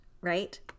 right